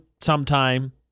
sometime